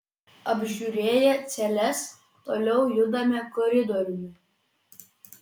apžiūrėję celes toliau judame koridoriumi